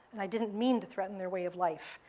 and i didn't mean to threaten their way of life.